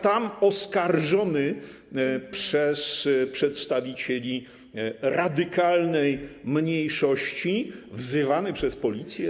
Tam oskarżony przez przedstawicieli radykalnej mniejszości, wzywany przez policję.